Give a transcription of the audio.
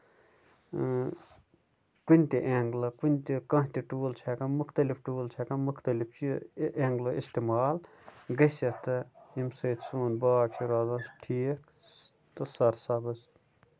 کُنہِ تہِ ایٚنٛگلہٕ کُںہِ تہِ کانٛہہ تہِ ٹوٗل چھُ ہیٚکان مُختٔلِف ٹوٗل چھُ ہیٚکان مُختٔلِف چھِ ایٚنٛگلہٕ اِستعمال گٔژھِتھ تہٕ اَمہِ سۭتۍ سوٚن باغ چھُ روزان ٹھیٖک تہٕ سر سَرسبٕز